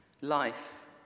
Life